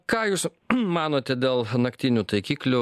ką jūs manote dėl naktinių taikiklių